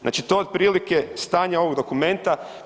Znači to je otprilike stanje ovog dokumenta.